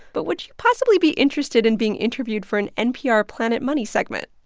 but would you possibly be interested in being interviewed for an npr planet money segment?